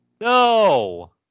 No